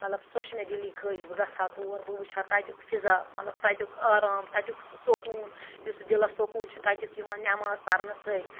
مطلب سۄ چھِ مےٚ دِلی خٲہِش بہٕ گژھٕ ہا تور بہٕ وٕچھِ ہا تَتیُٚک فِضا مطلب تَتیُٚک آرام تَتیُٚک سُہ سکوٗن یُس سُہ دِلَس سکوٗن چھِ تَتیُٚک یِوان نٮ۪ماز پَرنہٕ سۭتۍ